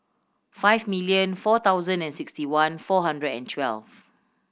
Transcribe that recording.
five million four thousand and sixty one four hundred and twelve